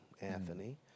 Anthony